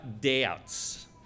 doubts